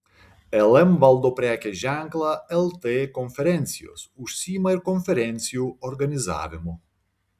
lm valdo prekės ženklą lt konferencijos užsiima ir konferencijų organizavimu